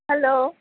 hello